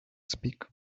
speak